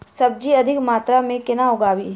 सब्जी अधिक मात्रा मे केना उगाबी?